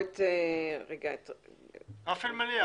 רפי אלמליח